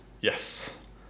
Yes